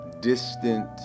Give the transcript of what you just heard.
distant